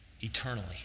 eternally